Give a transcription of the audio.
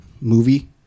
movie